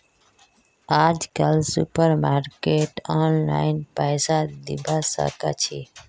आजकल सुपरमार्केटत ऑनलाइन पैसा दिबा साकाछि